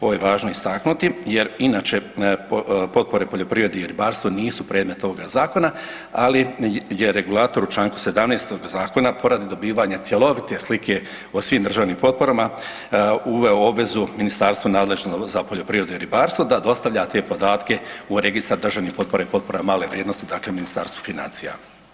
Ovo je važno istaknuti jer inače potpore poljoprivredi i ribarstvu nisu predmet ovoga Zakona, ali je regulator u članku 17. ovoga Zakona poradi dobivanja cjelovite slike o svim državnim potporama uveo obvezu Ministarstvu nadležnom za poljoprivredu i ribarstvu da dostavlja te podatke u Registar državnih potpora i potpora male vrijednosti, dakle Ministarstvu financija.